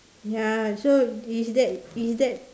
ya so is that is that